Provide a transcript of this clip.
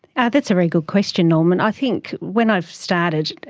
yeah that's a very good question, norman. i think when i started,